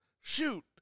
Shoot